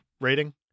rating